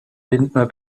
lindner